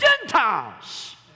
Gentiles